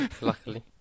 Luckily